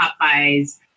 Popeyes